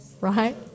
right